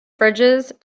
fridges